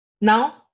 Now